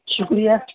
شکریہ